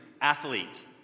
athlete